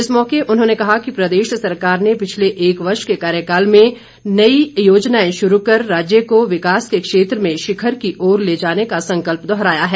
इस मौके उन्होंने कहा कि प्रदेश सरकार ने पिछले एक वर्ष के कार्यकाल में अनेक नई योजनाएं शुरू कर राज्य को विकास के क्षेत्र में शिखर की ओर ले जाने का संकल्प दोहराया है